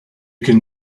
can